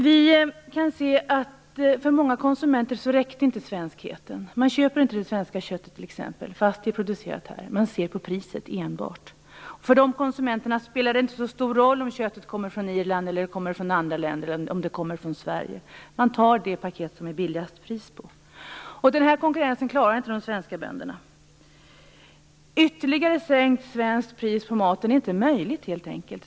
Vi kan se att svenskheten inte räckte för många konsumenter. Man köper inte det svenska köttet, t.ex, fast det är producerat här. Man ser enbart på priset. För de konsumenterna spelar det inte så stor roll om köttet kommer från Irland eller andra länder, eller om det kommer från Sverige. Man tar det paket som är billigast. Den här konkurrensen klarar inte de svenska bönderna. Ytterligare sänkt pris på svensk mat är inte möjligt.